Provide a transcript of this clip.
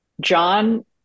John